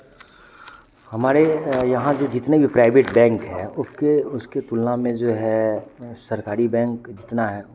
हमारे यहाँ के जितने भी प्राइवेट बैंक हैं उसके उसकी तुलना में जो है सरकारी बैंक जितना है